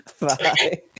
Bye